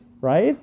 right